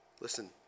Listen